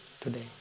today